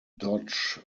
dodge